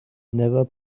never